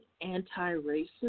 anti-racist